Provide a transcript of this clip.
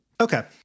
Okay